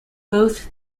both